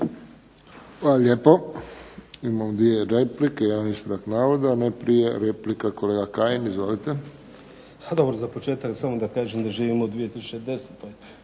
Hvala lijepo. Imamo dvije replike, jedan ispravak navoda. Najprije replika kolega Kajin. Izvolite. **Kajin, Damir (IDS)** Za početak samo da kažem da živimo u 2010.